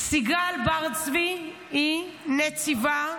סיגל בר צבי היא נציבה היום,